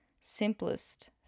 simplest